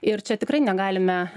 ir čia tikrai negalime